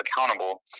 accountable